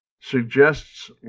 suggests